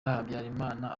habyarimana